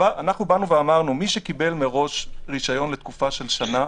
באנו ואמרנו שמי שקיבל מראש רישיון לתקופה של שנה,